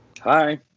Hi